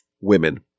women